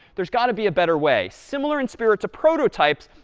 there's got to be a better way. similar in spirit to prototypes,